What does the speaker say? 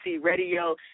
Radio